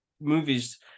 movies